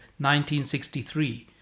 1963